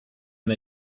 and